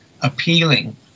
appealing